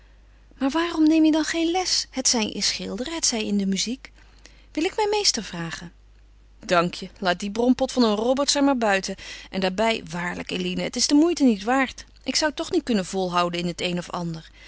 maar waarom neem je dan geen les hetzij in schilderen hetzij in de muziek wil ik mijn meester vragen dank je laat dien brompot van een roberts er maar buiten en daarbij waarlijk eline het is de moeite niet waard ik zou toch niet kunnen volhouden in het een of ander